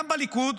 גם בליכוד,